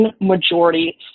majority